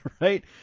right